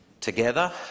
together